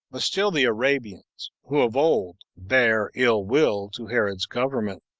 but still the arabians, who of old bare ill will to herod's government,